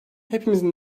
hepimizin